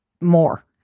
more